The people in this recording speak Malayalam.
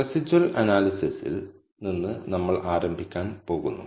റെസിജ്വൽ അനാലിസിസിൽ നിന്ന് നമ്മൾ ആരംഭിക്കാൻ പോകുന്നു